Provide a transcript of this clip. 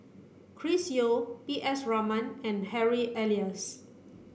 Chris Yeo P S Raman and Harry Elias